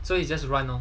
so it's just run lor